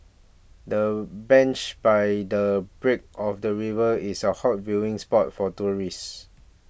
the bench by the brink of the river is a hot viewing spot for tourists